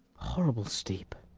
horrible steep.